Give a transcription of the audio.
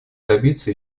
добиться